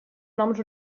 noms